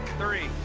three,